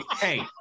hey